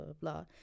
blah